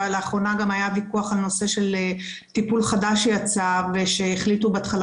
ולאחרונה גם היה ויכוח על הנושא של טיפול חדש שיצא ושהחליטו בהתחלה